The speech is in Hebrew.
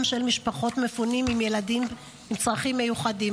של משפחות המפונים עם ילדים עם צרכים מיוחדים.